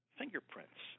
fingerprints